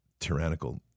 tyrannical